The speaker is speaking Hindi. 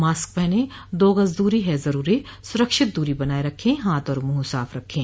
मास्क पहनें दो गज़ दूरी है ज़रूरी सुरक्षित दूरी बनाए रखें हाथ और मुंह साफ रखें